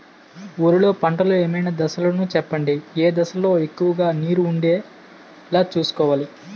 వరిలో పంటలు ఏమైన దశ లను చెప్పండి? ఏ దశ లొ ఎక్కువుగా నీరు వుండేలా చుస్కోవలి?